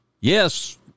Yes